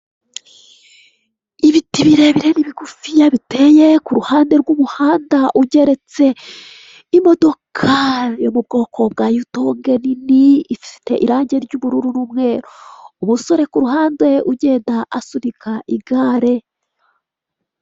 Ibiti birebire n'ibigufiya biteye ku ruhande rw'umuhanda ugeretse. Imodoka yo mu bwoko bwa yutunge nini ifite irange ry'ubururu n'umweru. Umusore ku ruhande ugenda asunika igare.